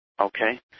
Okay